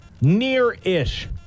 Near-ish